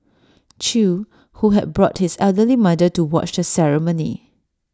chew who had brought his elderly mother to watch the ceremony